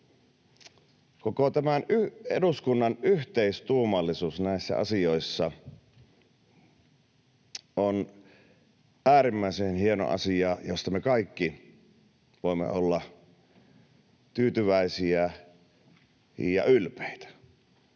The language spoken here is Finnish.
tämä eduskunnan yhteistuumallisuus näissä asioissa on äärimmäisen hieno asia, josta me kaikki voimme olla tyytyväisiä ja ylpeitä,